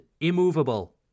immovable